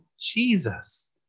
Jesus